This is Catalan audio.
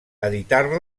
editar